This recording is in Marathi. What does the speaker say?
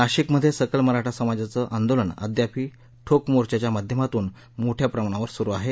नाशिकमध्ये सकल मराठा समाजाचं आंदोलन अद्यापही ठोक मोर्चा च्या माध्यमातून मोठ्याप्रमाणावर सुरु आहे